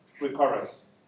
recurrence